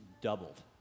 doubled